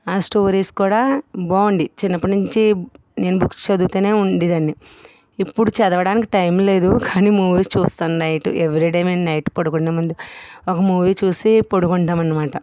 ఆ స్టోరీస్ కూడా బాగుంది చిన్నప్పటినుంచి నేను బుక్స్ చదువుతు ఉండేదాన్ని ఇప్పుడు చదవడానికి టైమ్ లేదు కానీ మూవీస్ చూస్తాను నైట్ ఎవ్రి డే మేము నైట్ పడుకునే ముందు ఒక మూవీ చూసి పడుకుంటాం అన్నమాట